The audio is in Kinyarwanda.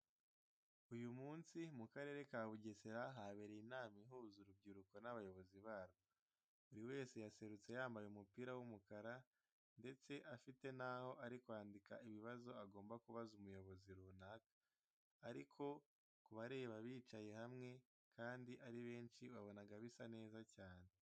Uyu munsi mu Karere ka Bugesera habereye inama ihuza urubyiruko n'abayobozi barwo. Buri wese yaserutse yambaye umupira w'umukara ndetse afite naho ari bwandike ibibazo agomba kubaza umuyobozi runaka, ariko kubareba bicaye hamwe kandi ari benshi wabonaga bisa neza cyane.